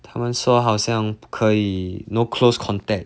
他们说好像不可以 no close contact